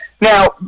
Now